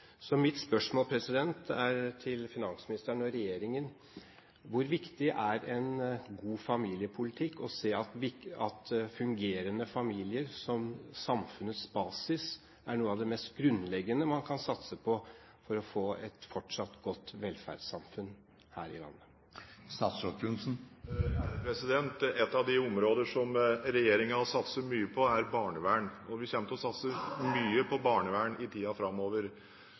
Så mitt spørsmål til finansministeren og regjeringen er: Hvor viktig er en god familiepolitikk og det å se at fungerende familier som samfunnets basis er noe av det mest grunnleggende man kan satse på for å få et fortsatt godt velferdssamfunn her i landet? Et av de områder som regjeringen satser mye på, er barnevern, og vi kommer til å satse mye på barnevern i tiden framover.